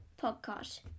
podcast